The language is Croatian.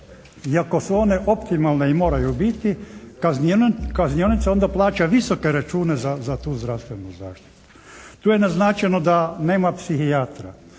Iako su one optimalne i moraju biti kaznionica onda plaća visoke račune za tu zdravstvenu zaštitu. Tu je naznačeno da nema psihijatra.